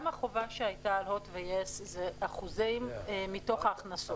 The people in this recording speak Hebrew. גם החובה שהייתה על הוט ויס זה אחוזים מתוך הכנסות.